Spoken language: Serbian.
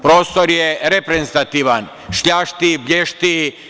Prostor je reprezentativan, šljašti, blješti.